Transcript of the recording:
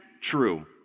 true